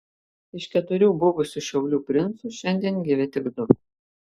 iš keturių buvusių šiaulių princų šiandien gyvi tik du